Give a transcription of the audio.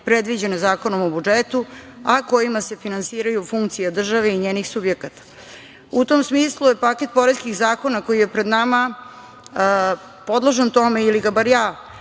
predviđene Zakonom o budžetu, a kojima se finansiraju funkcije države i njenih subjekata.U tom smislu je paket poreskih zakona koji je pred nama podložan tome, ili ga bar ja